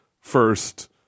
first